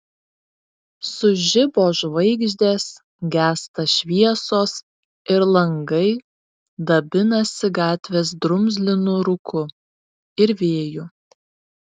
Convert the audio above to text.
sužibo žvaigždės gęsta šviesos ir langai dabinasi gatvės drumzlinu rūku ir vėju